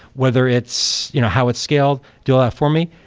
whether it's you know how it's scaled, do all that for me,